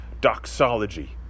doxology